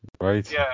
Right